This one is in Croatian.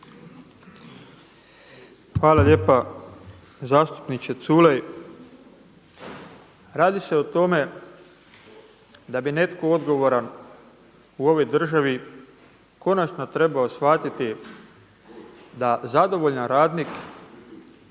Hvala lijepa. Zastupniče Culej, radi se o tome da bi netko odgovoran u ovoj državi konačno trebao shvatiti da zadovoljan radnik